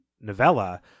novella